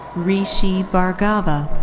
rishi bhargava.